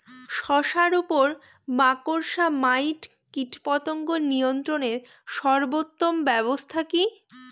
শশার উপর মাকড়সা মাইট কীটপতঙ্গ নিয়ন্ত্রণের সর্বোত্তম ব্যবস্থা কি?